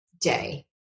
day